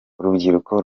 urubyiruko